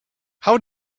how